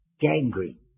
Gangrene